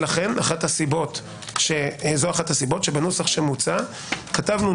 לכן זו אחת הסיבות שבנוסח שמוצע כתבנו: